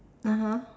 (uh huh)